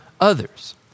others